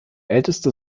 älteste